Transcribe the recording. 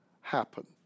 happen